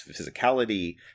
physicality